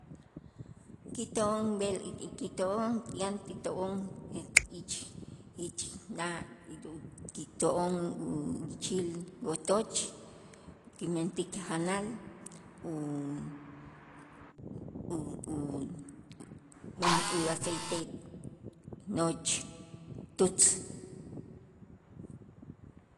Kito'on b'el kito'on yan ti to'on ich ich naj kito'on uchil otoch kimentik janal u- u- uwan u aceite noch tutz.